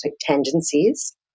tendencies